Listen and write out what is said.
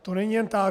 To není jen tak.